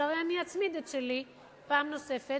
שהרי אני אצמיד את שלי פעם נוספת,